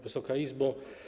Wysoka Izbo!